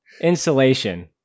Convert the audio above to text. Insulation